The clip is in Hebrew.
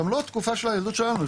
גם לא בתקופה של הילדות שלנו,